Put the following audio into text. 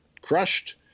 crushed